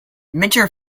minter